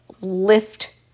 lift